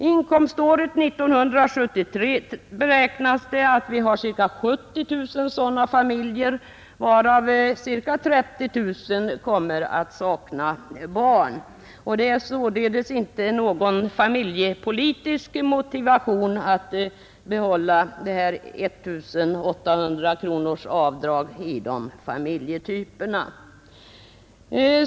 Inkomståret 1973 beräknas det att vi har ca 70 000 sådana familjer, varav ca 30 000 saknar barn. Det finns således inte någon familjepolitisk motivation för att behålla 1 800-kronorsavdraget i de familjetyperna.